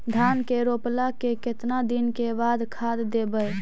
धान के रोपला के केतना दिन के बाद खाद देबै?